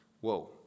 whoa